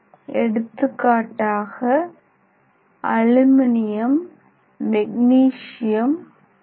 எடுத்துக்காட்டாக Al Mg Ti